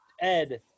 Ed